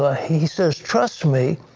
ah he says trust me,